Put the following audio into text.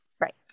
Right